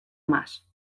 más